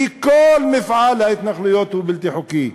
כי כל מפעל ההתנחלויות הוא בלתי חוקי.